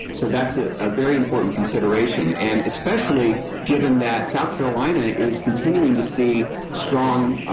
so that's a very important consideration and especially given that south carolina is continuing to see strong,